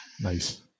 nice